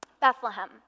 Bethlehem